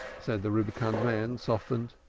said the rubicund man softened.